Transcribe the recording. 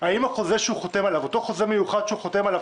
האם באותו חוזה מיוחד שהוא חותם עליו,